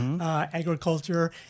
agriculture